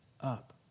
up